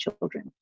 children